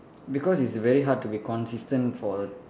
because it's very hard to be consistent for